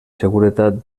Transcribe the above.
seguretat